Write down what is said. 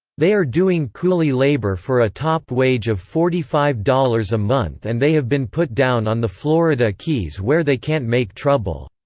they are doing coolie labor for a top wage of forty five dollars a month and they have been put down on the florida keys where they can't make trouble.